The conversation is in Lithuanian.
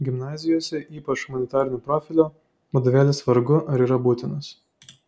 gimnazijose ypač humanitarinio profilio vadovėlis vargu ar yra būtinas